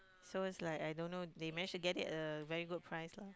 so it's like I don't know they manage to get it at a very good price lah